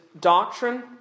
doctrine